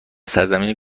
سرزمین